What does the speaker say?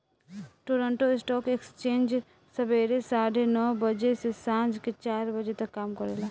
Toronto stock exchange सबेरे साढ़े नौ बजे से सांझ के चार बजे तक काम करेला